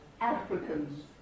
Africans